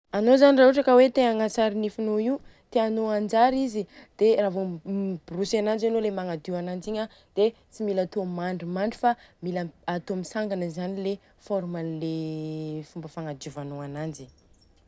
Anô zany raha ohatra ka hoe te agnatsara i nifinô io, tianô anjary izy, miborosy a ananjy anô le magnadio ananjy igny dia tsy mila atô mandrimandry fa atô mitsangana zany le forme an'ilay fomba fagnadiovanô ananjy.